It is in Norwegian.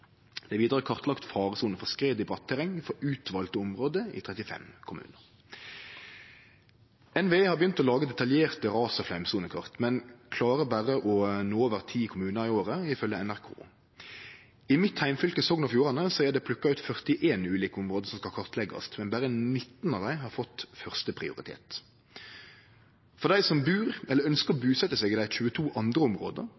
Det er vidare kartlagt faresoner for skred i bratt terreng i utvalde område i 35 kommunar. NVE har begynt å lage detaljerte ras- og flaumsonekart, men klarar berre å nå over ti kommunar i året, ifølgje NRK. I mitt heimfylke, Sogn og Fjordane, er det plukka ut 41 ulike område som skal kartleggjast, men berre 19 av dei har fått førsteprioritet. For dei som bur eller ønskjer å